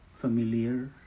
familiar